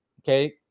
okay